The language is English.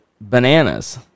bananas